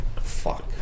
Fuck